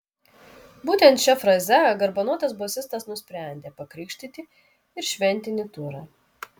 būtent šia fraze garbanotas bosistas nusprendė pakrikštyti ir šventinį turą